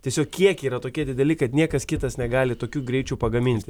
tiesiog kiekiai yra tokie dideli kad niekas kitas negali tokiu greičiu pagaminti